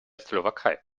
slowakei